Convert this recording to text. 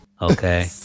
Okay